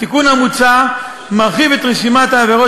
התיקון המוצע מרחיב את רשימת העבירות